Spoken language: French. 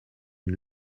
une